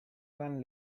van